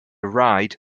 ride